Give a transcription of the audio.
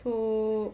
so